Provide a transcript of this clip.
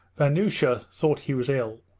vanyusha thought he was ill.